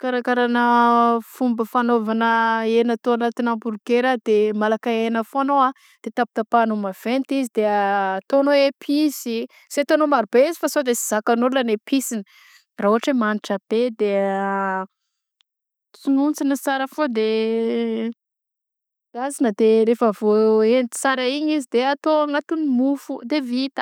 Karakaragna fomba fagnaovana hena atao agnaty hamburger de malaka hena foagna anao a de tapatapahanao maventy izy de ataonao episy sy ataonao maro be izy fa sô de sy zakan'olon ny episiny, ra ôhatra hoe manitra be de a fonosona tsara foagna de endasina de rehefa vahoendy sara igny izy de atao agnatiny mofo de vita.